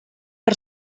per